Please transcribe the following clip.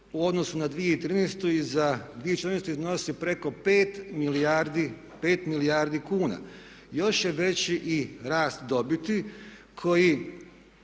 u odnosu na 2013. i za 2014. iznosi preko 5 milijardi kuna. Još je veći i rast dobiti koji